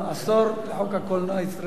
עשור לחוק הקולנוע הישראלי.